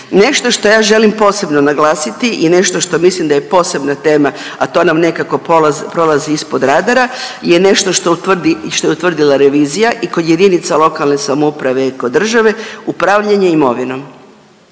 Nešto što ja želim posebno naglasiti i nešto što mislim da je posebna tema, a to nam nekako polazi, prolazi ispod radara je nešto što utvrdi, što je utvrdila revizija i kod jedinica lokalne samouprave i kod države, upravljanje imovinom.